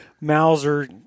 Mauser